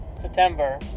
September